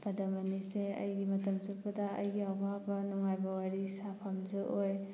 ꯄꯗꯃꯅꯤꯁꯦ ꯑꯩꯒꯤ ꯃꯇꯝ ꯆꯨꯞꯄꯗ ꯑꯩꯒꯤ ꯑꯋꯥꯕ ꯅꯨꯡꯉꯥꯏꯕ ꯋꯥꯔꯤ ꯁꯥꯐꯝꯁꯨ ꯑꯣꯏ